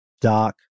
Doc